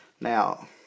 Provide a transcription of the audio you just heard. Now